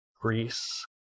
Greece